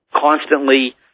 constantly